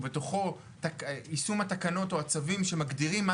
ובתוכו יישום התקנות או הצווים שמגדירים מה